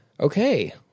Okay